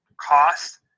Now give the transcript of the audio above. cost